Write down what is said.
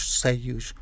seios